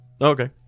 Okay